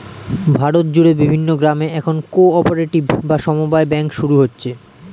ভারত জুড়ে বিভিন্ন গ্রামে এখন কো অপারেটিভ বা সমব্যায় ব্যাঙ্ক শুরু হচ্ছে